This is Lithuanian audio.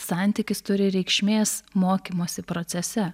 santykis turi reikšmės mokymosi procese